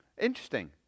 Interesting